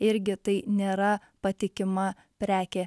irgi tai nėra patikima prekė